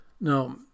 Now